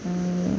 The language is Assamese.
আৰু